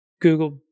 Google